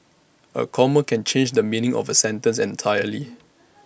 A comma can change the meaning of A sentence entirely